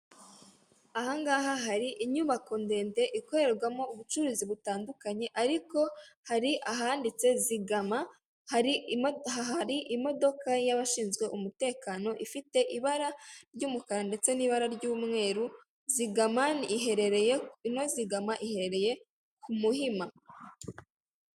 Aha ngaha hari inyubako ndende ikorerwamo ubucuruzi butandukanye, ariko hari ahanditse zigama, hari imodoka y'abashinzwe umutekano ifite ibara ry'umukara ndetse n'umweru, zigama iherereye ino zigama iherereye ku Muhima.